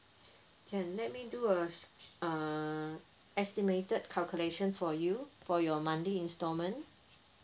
can let me do a uh estimated calculation for you for your monthly instalment